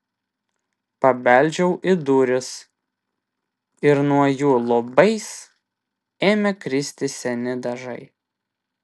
pabeldžiau į duris ir nuo jų luobais ėmė kristi seni dažai